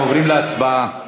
אנחנו עוברים להצבעה על